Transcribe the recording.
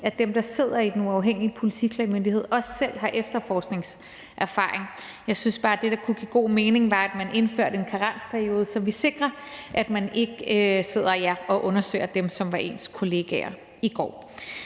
at dem, der sidder i Den Uafhængige Politiklagemyndighed, også selv har efterforskningserfaring, men jeg synes bare, at det, der kunne give god mening, var, at man indførte en karensperiode, så vi sikrer, at man ikke sidder og undersøger dem, som var ens kollegaer i går.